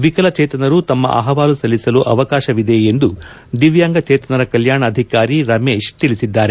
ವಿಕಲಚೇತನರು ತಮ್ಮ ಅಹವಾಲು ಸಲ್ಲಿಸಲು ಅವಕಾಶವಿದೆ ಎಂದು ದಿವ್ಯಾಂಗಚೇತನರ ಕಲ್ಯಾಣಾಧಿಕಾರಿ ರಮೇಶ್ ತಿಳಿಸಿದ್ದಾರೆ